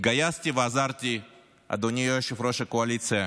התגייסתי ועזרתי, אדוני יושב-ראש הקואליציה.